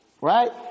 right